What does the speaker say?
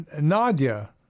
Nadia